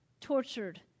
tortured